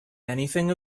anything